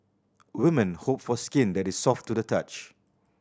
women hope for skin that is soft to the touch